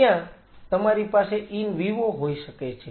ત્યાં તમારી પાસે ઈન વિવો હોઈ શકે છે